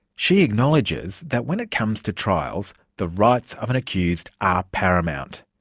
she acknowledges that when it comes to trials, the rights of an accused are paramount.